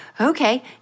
Okay